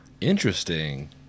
Interesting